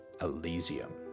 Elysium